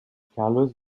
carlos